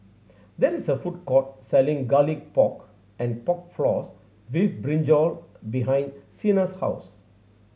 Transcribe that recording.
there is a food court selling Garlic Pork and Pork Floss with brinjal behind Sienna's house